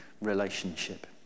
relationship